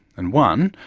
and one,